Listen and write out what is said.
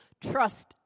trust